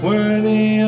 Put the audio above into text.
Worthy